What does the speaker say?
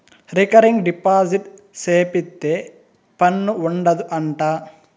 recurring deposit సేపిత్తే పన్ను ఉండదు అంట